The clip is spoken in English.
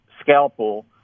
scalpel